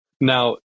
Now